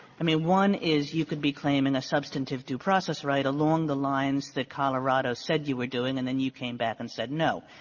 i mean, one is you could be claiming a substantive due-process right along the lines that colorado said you were doing, and then you came back and said no.